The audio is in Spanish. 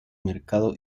mercado